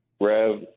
Rev